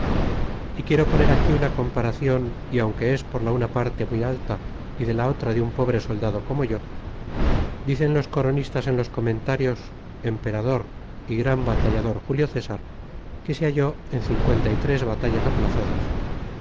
y quiero poner aquí una comparacion y aunque es por la una parte muy alta y de la otra de un pobre soldado como yo dicen los coronistas en los comentarios emperador y gran batallador julio cesar que se halló en cincuenta y tres batallas aplazadas